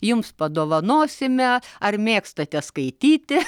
jums padovanosime ar mėgstate skaityti